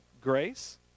grace